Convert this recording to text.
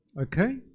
Okay